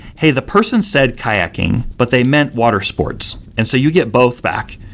hey, the person said kayaking, but they meant watersports. and so you get both back.